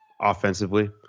offensively